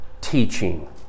teaching